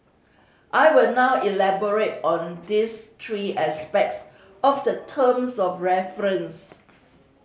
I will now elaborate on these three aspects of the terms of reference